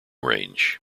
range